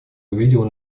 увидела